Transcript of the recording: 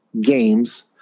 games